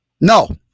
No